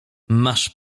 masz